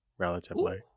relatively